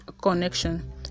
connection